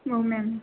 औ मेम